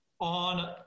on